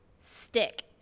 stick